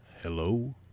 Hello